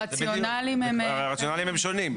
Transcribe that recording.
הרציונלים שונים.